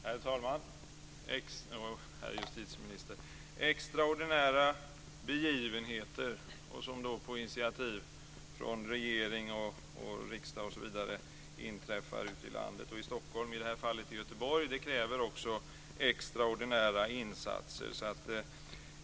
Herr talman! Herr justitieminister! Extraordinära begivenheter på initiativ av regering och riksdag som inträffar ute i landet och i Stockholm, och i det här fallet i Göteborg, kräver också extraordinära insatser.